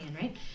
right